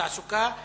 המסחר והתעסוקה,